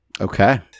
okay